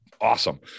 awesome